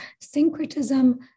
syncretism